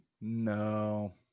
No